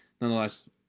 Nonetheless